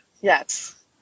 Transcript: Yes